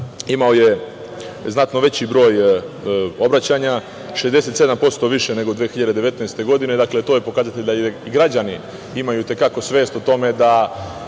imao je znatno veći broj obraćanja, 67% više nego 2019. godine. To je pokazatelj da građani imaju i te kako svest o tome da